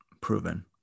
proven